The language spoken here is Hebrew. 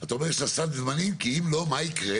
אתה אומר יש לה סד זמנים, כי אם לא, מה יקרה?